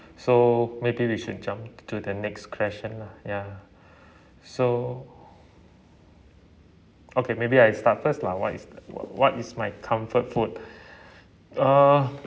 so maybe we should jump to the next question lah ya so okay maybe I start first lah what is w~ what is my comfort food uh